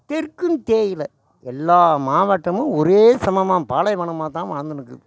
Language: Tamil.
தெற்கும் தேயலை எல்லா மாவட்டமும் ஒரே சமமாக பாலைவனமாக தான் வாழ்ந்துன்னுருக்குது